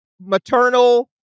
Maternal